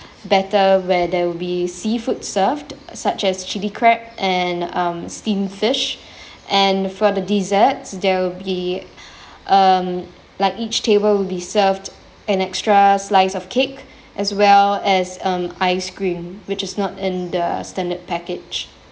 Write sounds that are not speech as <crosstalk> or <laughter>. better where there will be seafood served such as chilli crab and um steamed fish <breath> and for the desserts there will be <breath> um like each table will be served an extra slice of cake as well as um ice cream which is not in the standard package